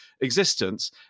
existence